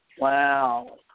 Wow